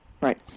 Right